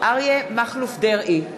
אריה מכלוף דרעי,